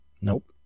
Nope